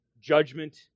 judgment